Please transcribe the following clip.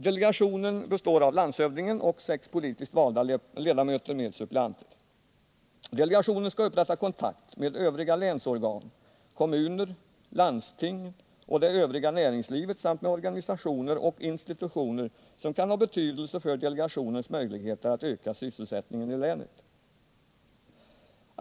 Delegationen skall upprätta kontakt med övriga länsorgan, kommuner, landsting och det övriga näringslivet samt med organisationer och institutioner som kan ha betydelse för delegationens möjligheter att öka sysselsättningen i länet.